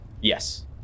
Yes